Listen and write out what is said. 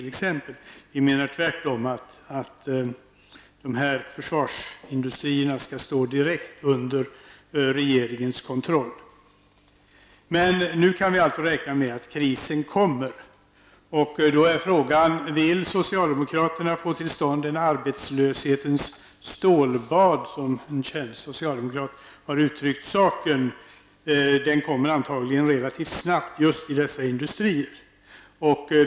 Dessa försvarsindustrier bör enligt vår mening stå direkt under regeringens kontroll. Nu kan vi alltså räkna med att krisen kommer, och då är frågan: Vill socialdemokraterna få till stånd ett arbetslöshetens stålbad? Som en känd socialdemokrat uttryckt saken. Det kommer antagligen relativt snabbt i just dessa industrier.